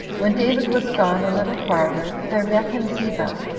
when david was gone a little farther, there met him ziba,